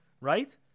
right